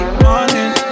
morning